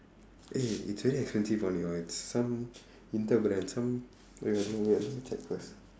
eh it's very expensive [one] you know it's some winter brand some wait let me check first